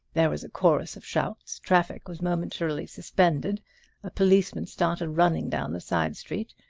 there was a chorus of shouts traffic was momentarily suspended a policeman started running down the side street.